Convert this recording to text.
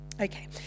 Okay